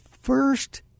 first